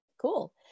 cool